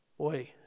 Boy